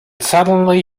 suddenly